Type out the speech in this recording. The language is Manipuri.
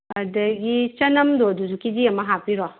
ꯑꯗꯒꯤ ꯆꯅꯝꯗꯣ ꯑꯗꯨꯁꯨ ꯀꯦ ꯖꯤ ꯑꯃ ꯍꯥꯞꯄꯤꯔꯣ